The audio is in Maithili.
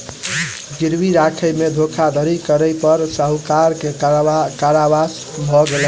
गिरवी राखय में धोखाधड़ी करै पर साहूकार के कारावास भ गेलैन